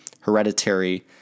Hereditary